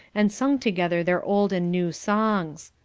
and sung together their old and new songs.